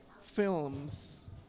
films